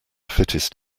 fittest